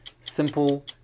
Simple